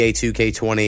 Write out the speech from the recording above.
2K20